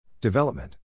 Development